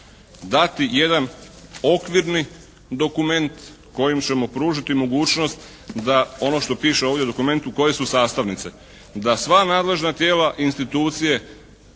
dati jedan okvirni dokument kojim ćemo pružiti mogućnost da ono što piše ovdje u dokumentu koje su sastavnice? Da sva nadležna tijela, institucije